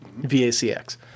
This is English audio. VACX